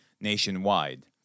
nationwide